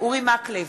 אורי מקלב,